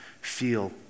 feel